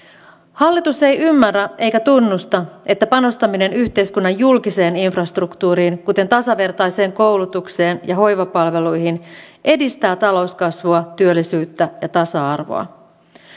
hallitus ei ymmärrä eikä tunnusta että panostaminen yhteiskunnan julkiseen infrastruktuuriin kuten tasavertaiseen koulutukseen ja hoivapalveluihin edistää talouskasvua työllisyyttä ja tasa arvoa